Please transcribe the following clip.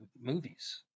movies